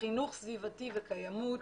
חינוך סביבתי וקיימות,